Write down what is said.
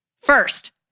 First